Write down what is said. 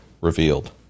revealed